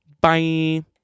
Bye